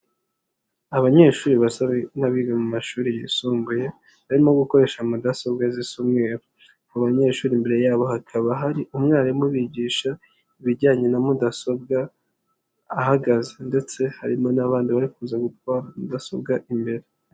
Abanyeshuri basa n'abiga mu mashuri yisumbuye, barimo gukoresha mudasobwa zisa umweru. Abanyeshuri imbere yabo hakaba hari umwarimu ubigisha ibijyanye na mudasobwa ahagaze ndetse harimo n'abandi bari kuza gutwara mudasobwa imbere.